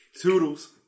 Toodles